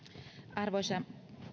arvoisa